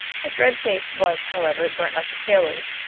his red face was, however, burnt like a sailor's,